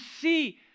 see